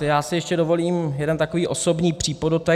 Já si ještě dovolím jeden takový osobní přípodotek.